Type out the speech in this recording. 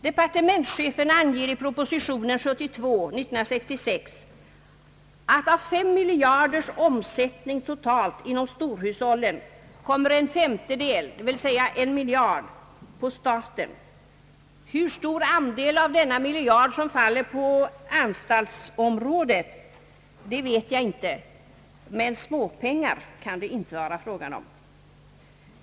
Departementschefen anger i proposition 1966: 72 att av 5 miljarders omsättning totalt inom storhushållen faller en femtedel, dvs. 1 miljard, på staten. Hur stor andel av denna miljard som faller på anstaltsområdet, vet jag inte, men småpengar kan det inte vara fråga om.